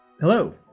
hello